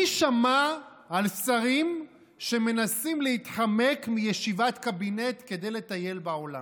מי שמע על שרים שמנסים להתחמק מישיבת קבינט כדי לטייל בעולם?